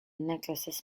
necklaces